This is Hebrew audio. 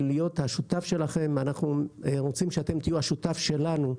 על מנת להיות השותף שלכם ואנחנו רוצים שאתם תהיו השותף שלנו,